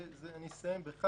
יש לנו עניין לסיים,